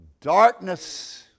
darkness